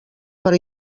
per